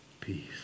peace